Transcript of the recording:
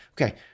okay